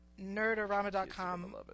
Nerdorama.com